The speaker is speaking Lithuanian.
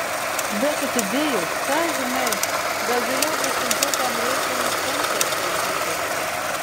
bet atidėjus ką žinai gal vėliau bus sunkiau tam reikalui centą sutaupyti